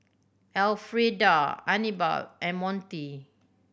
Elfrieda Anibal and Monty